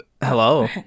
Hello